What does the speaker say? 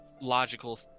logical